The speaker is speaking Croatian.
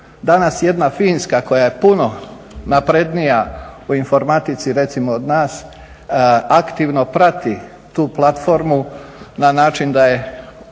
Danas jedna Finska koja je puno naprednija u informatici recimo od nas, aktivno prati tu platformu na način da je